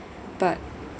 but